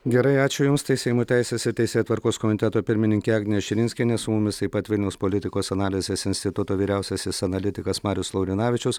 gerai ačiū jums tai seimo teisės ir teisėtvarkos komiteto pirmininkė agnė širinskienė su mumis taip pat vilniaus politikos analizės instituto vyriausiasis analitikas marius laurinavičius